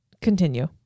Continue